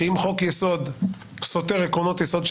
שאם חוק יסוד סותר עקרונות יסוד של